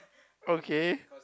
okay